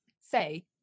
say